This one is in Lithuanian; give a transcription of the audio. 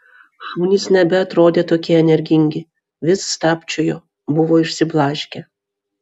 šunys nebeatrodė tokie energingi vis stabčiojo buvo išsiblaškę